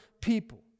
people